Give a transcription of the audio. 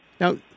Now